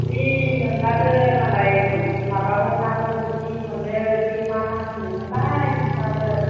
जि मोनलादों मालाय माबा मोननाबो जि मोनदों बै मा नाम होनोमोनलाय बिसोरनाबो